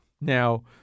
now